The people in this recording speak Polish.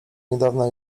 niedawna